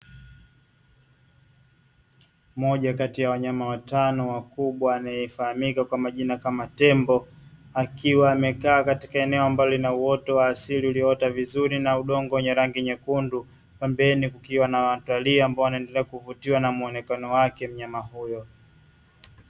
Moja kati ya wanyama watano wakubwa anayefahamika kwa majina kama tembo, akiwa amekaa katika eneo ambalo lina uoto wa asili ulioota vizuri na udongo wenye rangi nyekundu, pembeni kukiwa na watalii ambao wanaendelea kuvutiwa na muonekano wake mnyama huyo.